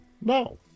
No